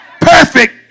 perfect